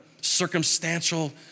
circumstantial